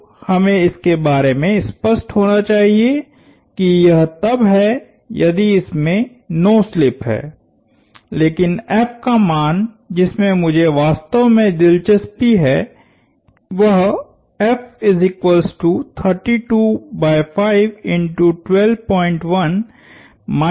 तो हमें इसके बारे में स्पष्ट होना चाहिए कि यह तब है यदि इसमें नो स्लिप हैलेकिन F का मान जिसमे मुझे वास्तव में दिलचस्पी है वह है